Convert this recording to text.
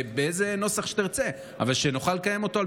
באיזה נוסח שתרצה, אבל שנוכל לקיים אותו על